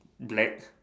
black